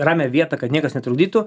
ramią vietą kad niekas netrukdytų